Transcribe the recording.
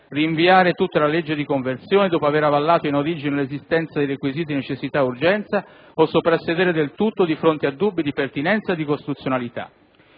rinviare tutta la legge di conversione, dopo aver avallato in origine l'esistenza dei requisiti di necessità e urgenza, o soprassedere del tutto di fronte a dubbi di pertinenza e di costituzionalità.